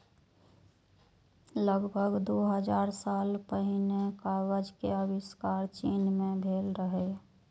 लगभग दू हजार साल पहिने कागज के आविष्कार चीन मे भेल रहै